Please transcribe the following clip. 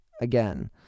again